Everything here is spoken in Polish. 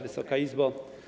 Wysoka Izbo!